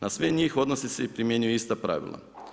Na sve njih odnosi se i primjenjuje ista pravila.